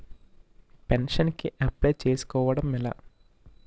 Pension కి apply చేసుకోవడం ఎలా?